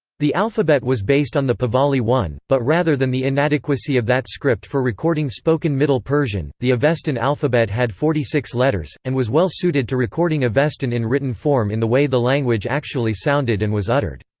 the alphabet was based on the pahlavi one, but rather than the inadequacy of that script for recording spoken middle persian, the avestan alphabet had forty six letters, and was well suited to recording avestan in written form in the way the language actually sounded and was uttered.